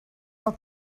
del